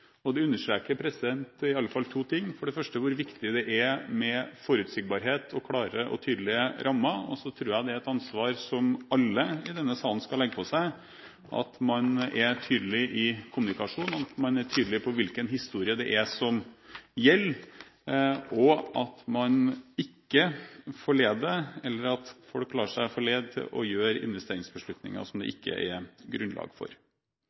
understreker i alle fall to ting: For det første hvor viktig det er med forutsigbarhet og klare og tydelige rammer. Jeg tror dette er et ansvar som alle i denne salen skal ta inn over seg, at man er tydelig i kommunikasjonen, at man er tydelig på hvilken historie det er som gjelder, og at folk ikke lar seg forlede til å gjøre investeringsbeslutninger som det ikke er grunnlag for.